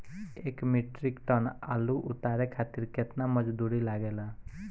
एक metric ton आलू उतारे खातिर केतना मजदूरी लागेला?